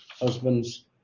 husbands